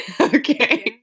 Okay